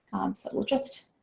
so we'll just